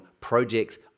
projects